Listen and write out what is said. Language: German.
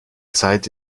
zeit